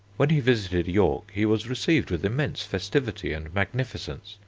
when he visited york he was received with immense festivity and magnificence.